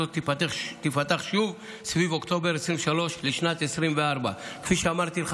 אפשרות זו תיפתח שוב סביב אוקטובר 2023 לשנת 2024. כפי שאמרתי לך,